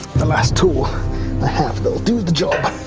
the last tool i have that'll do the job.